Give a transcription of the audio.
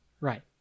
Right